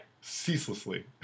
ceaselessly